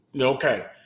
Okay